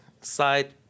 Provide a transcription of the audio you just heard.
side